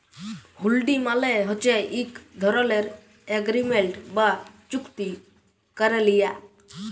হুল্ডি মালে হছে ইক ধরলের এগ্রিমেল্ট বা চুক্তি ক্যারে লিয়া